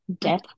death